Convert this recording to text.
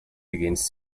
begins